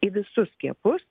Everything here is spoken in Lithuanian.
į visus skiepus